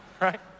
right